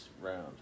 round